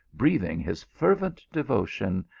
breathing his fervent devotion,